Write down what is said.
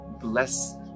bless